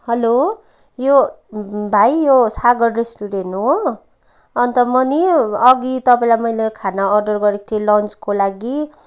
hello यो भाइ यो सागर रेस्टुरेन्ट हो अन्त म नि अघि तपाईँलाई मैले खाना अर्डर गरेको थिएँ लन्चको लागि